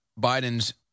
Biden's